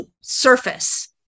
surface